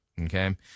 Okay